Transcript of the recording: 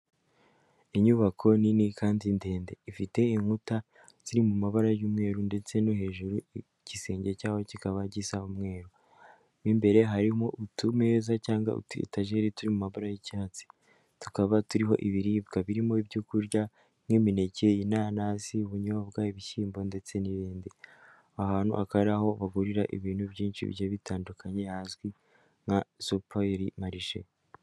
Inyubako nini kandi ndende, ifite inkuta ziri mu mabara y'umweru ndetse no hejuru igisenge cyaho kikaba gisa umweru, mu imbere harimo utumeza cyangwa utu etajeri turi mu mabara y'icyatsi, tukaba turiho ibiribwa birimo ibyo kurya nk'imineke, inanasi, ubunyobwa, ibishyimbo ndetse n'ibindi, ahantu akaba ari aho bagurira ibintu byinshi bigiye bitandukanye hazwi nka supirimarishe.